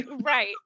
Right